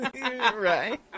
Right